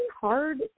hard